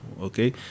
okay